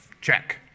Check